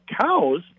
cows